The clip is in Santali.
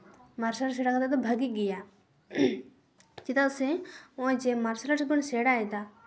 ᱢᱟᱨᱥᱟᱞ ᱟᱨᱴᱥ ᱥᱮᱬᱟ ᱠᱟᱛᱮ ᱫᱚ ᱵᱷᱟᱜᱮ ᱜᱮᱭᱟ ᱪᱮᱫᱟᱜ ᱥᱮ ᱱᱚᱜᱼᱚᱸᱭ ᱡᱮ ᱢᱟᱨᱥᱟᱞ ᱟᱨᱴᱥ ᱵᱚᱱ ᱥᱮᱬᱟᱭᱮᱫᱟ